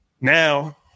now